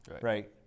right